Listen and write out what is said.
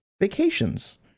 vacations